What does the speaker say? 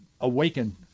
awaken